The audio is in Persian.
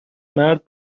مرد